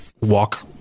walk